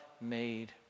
made